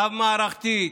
רב-מערכתית,